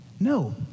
No